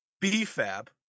B-Fab